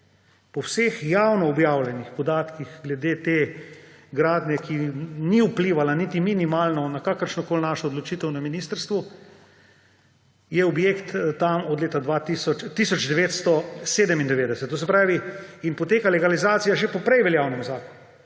Po vseh javno objavljenih podatkih glede te gradnje, ki ni vplivala niti minimalno na kakršnokoli našo odločitev na ministrstvu, je objekt tam od leta 1997. In poteka legalizacija po že prej veljavnem zakonu.